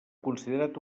considerat